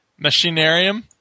Machinarium